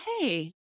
Hey